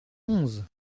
onze